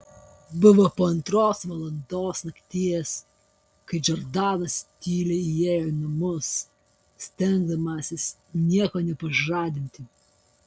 buvo po antros valandos nakties kai džordanas tyliai įėjo į namus stengdamasis nieko nepažadinti